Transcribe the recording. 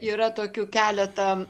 yra tokių keleta